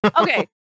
okay